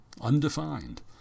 undefined